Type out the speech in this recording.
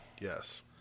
Yes